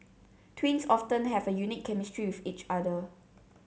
twins often have a unique chemistry with each other